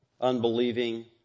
unbelieving